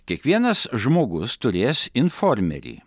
kiekvienas žmogus turės informerį